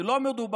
כי לא מדובר,